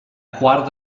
quart